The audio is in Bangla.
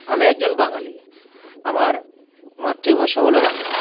আমি একজন বাঙালি আমার মাতৃভাষা হল বাংলা